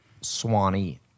Swanee